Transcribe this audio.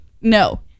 no